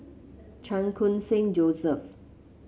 Chan Khun Sing Joseph